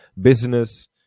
business